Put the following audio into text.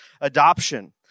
adoption